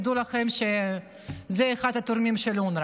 תדעו לכם שהם אחד התורמים של אונר"א.